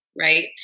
right